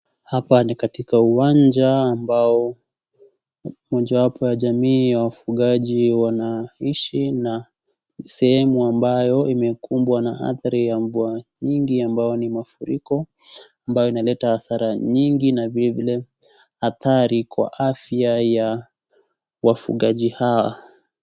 Hapa ni katika uwanja ambao mojawapo ya jamii ambayo ya wafugaji wanaishi na sehemu ambayo imekumbwa na hatari ya mvua nyingi, ambao ni mafuliko ambayo inaleta hasara nyingi na vile vile hatari kwa afya ya wafugaji hawa.